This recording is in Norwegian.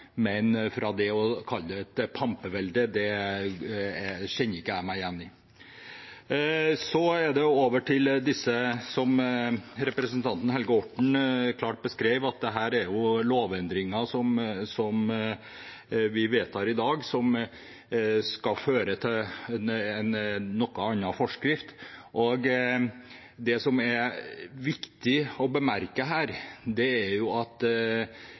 men å kalle det et pampevelde – det kjenner jeg meg ikke igjen i. Så over til det som representanten Helge Orten klart beskrev: Dette er lovendringer som vi vedtar i dag, som skal føre til en noe annen forskrift. Det som er viktig å bemerke her, er at det helt klart har kommet et syn fra mange aktører innen motorsporten om at